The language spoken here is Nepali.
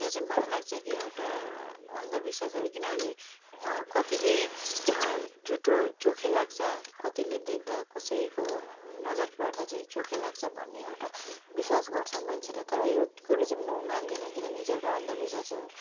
त्यो चाहिँ मलाई लाग्छ कि एउटा अन्धविश्वास हो किनभने कतिले जुठो चोखे लाग्छ कतिले देख्दा कसैको नजर पर्दा चाहिँ चोखे लाग्छ भन्ने एउटा विश्वास गर्छ मान्छेले तर यो कुरो चाहिँ म मान्दिनँ किनभने यो चाहिँ एउटा अन्धविश्वास हो